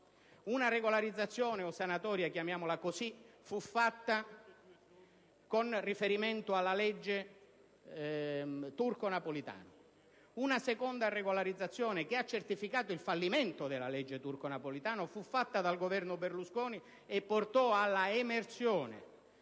una regolarizzazione, o sanatoria che dir si voglia, fu fatta con riferimento alla legge Turco-Napolitano; una seconda, che ha certificato il fallimento della legge Turco-Napolitano, fu fatta dal governo Berlusconi e portò alla emersione